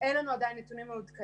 אין לנו עדיין נתונים מעודכנים,